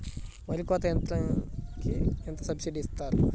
వరి కోత యంత్రంకి ఎంత సబ్సిడీ ఇస్తారు?